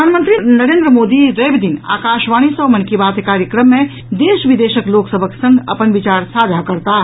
प्रधानमंत्री नरेन्द्र मोदी रवि दिन आकाशवाणी सॅ मन की बात कार्यक्रम मे देश विदेशक लोक सभक संग अपन विचार साझा करताह